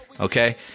Okay